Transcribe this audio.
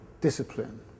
discipline